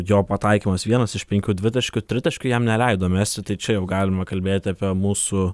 jo pataikymas vienas iš penkių dvitaškių tritaškių jam neleido mesti tai čia jau galima kalbėti apie mūsų